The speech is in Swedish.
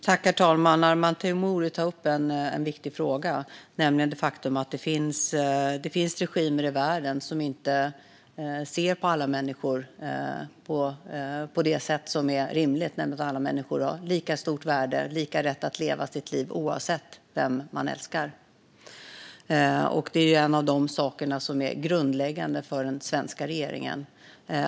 Herr talman! Arman Teimouri tar upp en viktig fråga. Det finns regimer i världen som inte anser att alla människor har lika värde och lika rätt att leva sitt liv oavsett vem de älskar. Att stå upp för dessa rättigheter är grundläggande för den svenska regeringen.